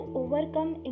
overcome